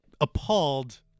appalled